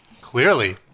Clearly